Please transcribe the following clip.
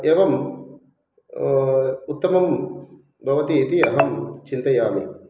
एवम् उत्तमं भवति इति अहं चिन्तयामि